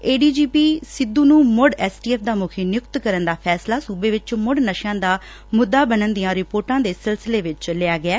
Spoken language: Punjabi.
ਏਡੀਜੀਪੀ ਸਿੱਧੂ ਨੂੰ ਮੁੜ ਐਸਟੀਐਫ ਦਾ ਮੁਖੀ ਨਿਯੁਕਤ ਕਰਨ ਦਾ ਫੈਸਲਾ ਸੁਬੇ ਵਿਚ ਮੁੜ ਨਸ਼ਿਆਂ ਦਾ ਮੁੱਦਾ ਬਨਣ ਦੀਆਂ ਰਿਪੋਰਟਾਂ ਦੇ ਸਿਲਸਿਲੇ ਵਿਚ ਲਿਆ ਗਿਐ